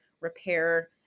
repair